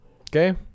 okay